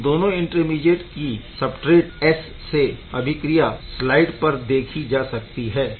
इन दोनों इंटरमीडीएट की substrate S से अभिक्रिया स्लाइड पर देखी जा सकती है